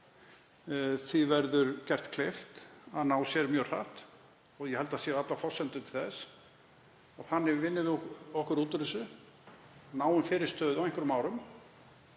Því verði gert kleift að ná sér mjög hratt og ég held að það séu allar forsendur til þess. Þannig vinnum við okkur út úr þessu, náum fyrirstöðu á einhverjum árum.